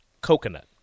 coconut